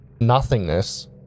nothingness